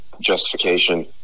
justification